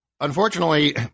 Unfortunately